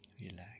relax